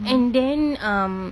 and then um